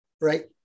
right